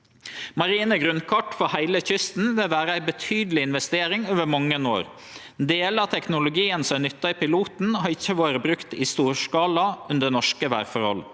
Marine grunnkart for heile kysten vil vere ei betydeleg investering over mange år. Delar av teknologien som er nytta i piloten, har ikkje vore brukt i stor skala under norske vêrforhold.